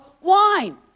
wine